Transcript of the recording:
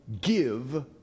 give